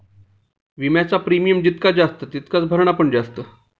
विम्याचा प्रीमियम जितका जास्त तितकाच भरणा पण जास्त